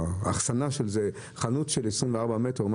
לאחסנה בחנות של 24 מטר.